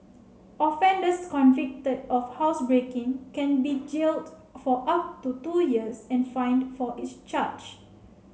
offenders convicted of housebreaking can be jailed for up to two years and fined for each charge